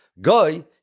guy